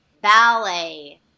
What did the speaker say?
ballet